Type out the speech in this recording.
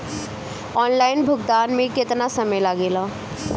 Online भुगतान में केतना समय लागेला?